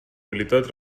mobilitat